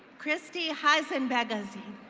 christie hazanbagazi.